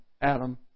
Adam